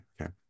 Okay